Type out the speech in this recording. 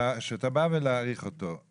שאתה בא ומאריך לו,